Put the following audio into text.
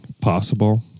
possible